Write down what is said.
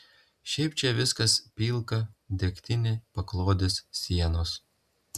šiaip čia viskas pilka degtinė paklodės sienos